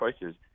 choices